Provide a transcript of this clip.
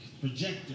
projector